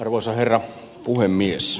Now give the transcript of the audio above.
arvoisa herra puhemies